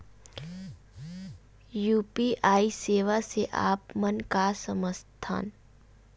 UPI सेवा से आप मन का समझ थान?